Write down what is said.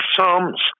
Psalms